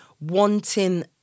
wanting